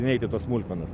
neit į tas smulkmenas